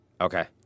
Okay